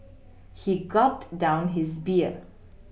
he gulped down his beer